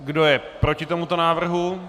Kdo je proti tomuto návrhu?